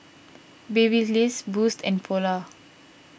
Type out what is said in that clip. Babyliss Boost and Polar